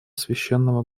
священного